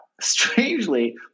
strangely